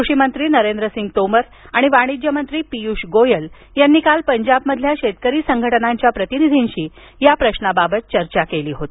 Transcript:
कृषिमंत्री नरेंद्रसिंग तोमर आणि वाणिज्य मंत्री पियूष गोयल यांनी काल पंजाबमधील शेतकरी संघटनांच्या प्रतिनिधींशी या प्रश्नाबाबत चर्चा केली होती